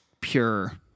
pure